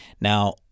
now